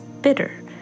bitter